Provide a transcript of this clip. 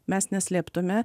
mes neslėptume